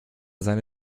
seine